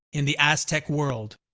in the aztec world.